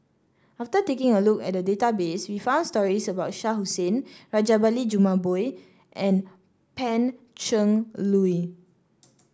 after taking a look at the database we found stories about Shah Hussain Rajabali Jumabhoy and Pan Cheng Lui